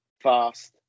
fast